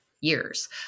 years